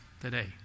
today